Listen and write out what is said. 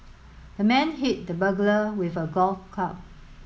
the man hit the burglar with a golf club